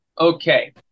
Okay